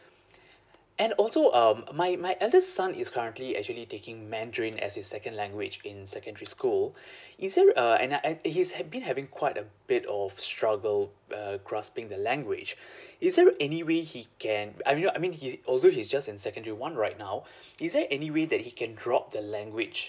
and also um my my eldest son is currently actually taking mandarin as his second language in secondary school is there uh and I and he's had been having quite a bit of struggle uh grasping the language is there any way he can I mean I mean he although he's just in secondary one right now is there any way that he can drop the language